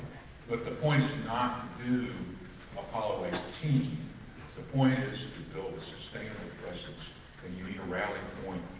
but the point is not to do apollo eighteen the point is to build a sustainable presence and you need a rally point